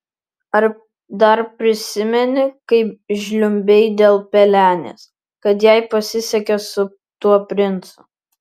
ar dar prisimeni kaip žliumbei dėl pelenės kad jai pasisekė su tuo princu